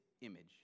image